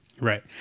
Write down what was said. Right